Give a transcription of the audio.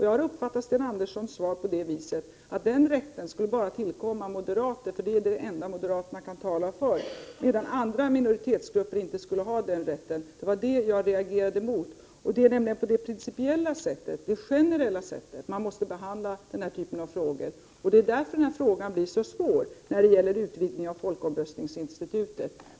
Jag har uppfattat Sten Anderssons svar på det sättet att den rätten enbart skulle tillkomma moderaterna, eftersom de är de enda som moderaterna kan tala för, medan andra minoritetsgrupper inte skulle ha motsvarande rätt. Det var det som jag reagerade mot. Denna typ av frågor måste behandlas principiellt och generellt, och det är därför som frågan om utvidgning av folkomröstningsinstitutet är så svår.